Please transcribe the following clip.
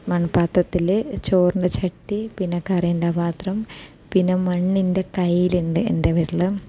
മൺപാത്രത്തിൽ ചോറിൻ്റെ ചട്ടി പിന്നെ കറിയിൻ്റെ പാത്രം പിന്നെ മണ്ണിൻ്റെ കയ്യിലുണ്ട് എൻ്റെ വീട്ടിൽ